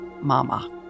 mama